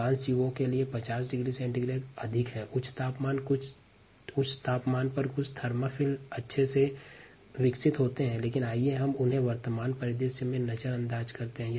अधिकांश जीवों के लिए 50 डिग्री सेंटीग्रेड अधिक है हालाँकि उच्च तापमान पर कुछ थर्मोफिल्स अच्छे से विकसित होते हैं लेकिन हम उन्हें वर्तमान परिदृश्य में नजरअंदाज करते हैं